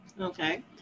Okay